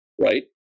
right